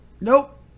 Nope